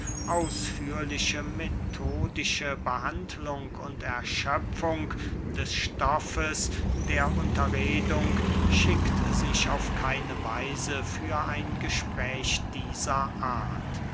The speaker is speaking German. ausführliche methodische behandlung und erschöpfung des stoffes der unterredung schickt sich auf keine weise für ein gespräch dieser art